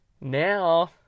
now